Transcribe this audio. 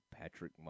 Patrick